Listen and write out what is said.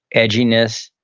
edginess,